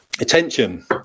attention